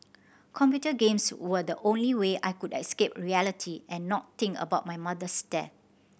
computer games were the only way I could escape reality and not think about my mother's death